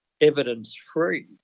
evidence-free